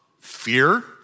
fear